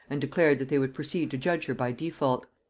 and declared that they would proceed to judge her by default.